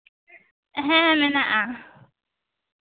ᱦᱮᱸ ᱢᱮᱱᱟᱜᱼᱟ